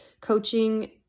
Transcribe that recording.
coaching